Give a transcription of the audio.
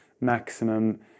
maximum